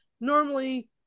normally